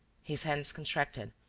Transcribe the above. his hands contracted,